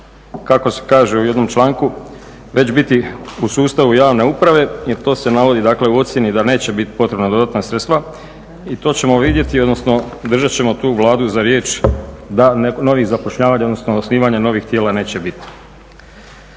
kako se kaže u jednom članku već biti u sustavu javne uprave jer to se navodi dakle u ocijeni da neće biti potrebna dodatna sredstva. I to ćemo vidjeti, odnosno držat ćemo tu Vladu za riječ da novih zapošljavanja, odnosno osnivanja novih tijela neće biti.